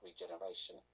regeneration